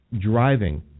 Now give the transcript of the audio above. driving